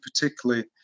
particularly